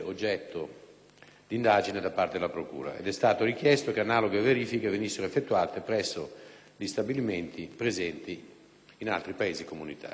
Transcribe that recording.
indagine da parte della procura ed è stato richiesto che analoghe verifiche venissero effettuate presso gli stabilimenti presenti in altri Paesi comunitari.